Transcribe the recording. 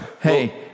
Hey